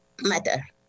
Matter